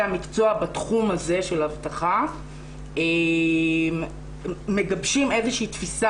המקצוע בתחום הזה של אבטחה מגבשים איזושהי תפיסה,